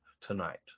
tonight